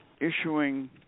issuing